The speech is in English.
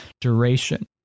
duration